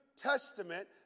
Testament